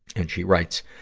and she writes,